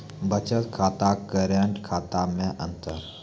बचत खाता करेंट खाता मे अंतर?